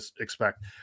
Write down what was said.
expect